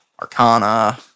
Arcana